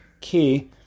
key